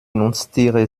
nutztiere